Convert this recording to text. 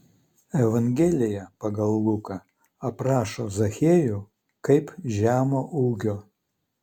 evangelija pagal luką aprašo zachiejų kaip žemo ūgio